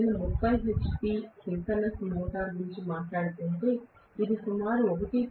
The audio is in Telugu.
నేను 30 hp సింక్రోనస్ మోటర్ గురించి మాట్లాడుతుంటే ఇది సుమారు 1